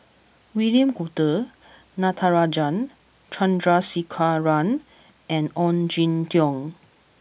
William Goode Natarajan Chandrasekaran and Ong Jin Teong